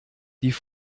die